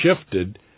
shifted